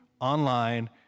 online